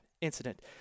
incident